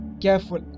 careful